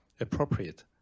appropriate